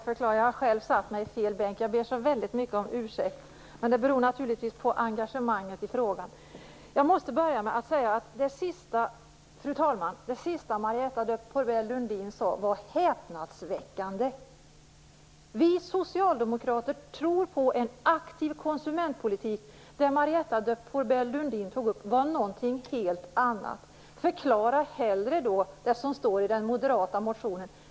Fru talman! Jag måste börja med att säga att det sista som Marietta de Pourbaix-Lundin sade var häpnadsväckande. Vi socialdemokrater tror på en aktiv konsumentpolitik. Det som Marietta de Pourbaix Lundin tog upp var någonting helt annat. Förklara hellre det som står i den moderata motionen!